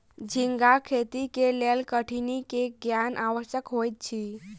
झींगाक खेती के लेल कठिनी के ज्ञान आवश्यक होइत अछि